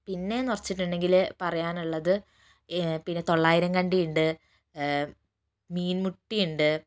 പിന്നെ എന്ന് വെച്ചിട്ടുണ്ടെങ്കില് പറയാനുള്ളത് പിന്നെ തൊള്ളായിരം കണ്ടിയുണ്ട് മീൻമുട്ടിയുണ്ട്